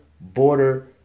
border